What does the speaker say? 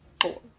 four